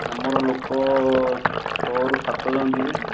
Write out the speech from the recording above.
ଆମର ଲୋକ ଛଅରୁ ସାତଜଣ ଯିବେ